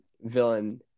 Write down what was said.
villain